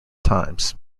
times